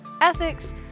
ethics